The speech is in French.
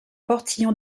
portillon